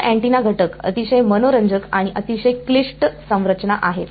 सर्व अँटीना घटक अतिशय मनोरंजक आणि अतिशय क्लिष्ट संरचना आहेत